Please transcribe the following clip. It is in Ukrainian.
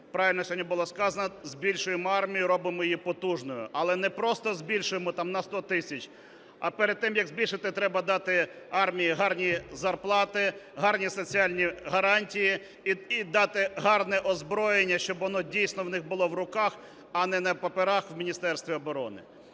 правильно сьогодні було сказано – збільшуємо армію, робимо її потужною. Але не просто збільшуємо, там, на 100 тисяч, а перед тим як збільшити, треба дати армії гарні зарплати, гарні соціальні гарантії і дати гарне озброєння, щоб воно дійсно в них було в руках, а не на паперах в Міністерстві оборони.